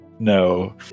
No